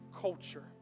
culture